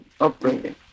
upbringing